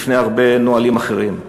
לפני הרבה נהלים אחרים.